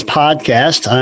podcast